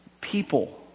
People